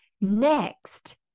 Next